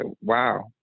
wow